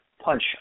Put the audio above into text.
punch